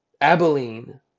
Abilene